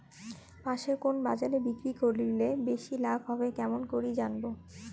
পাশের কুন বাজারে বিক্রি করিলে বেশি লাভ হবে কেমন করি জানবো?